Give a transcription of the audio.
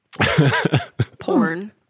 porn